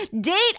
date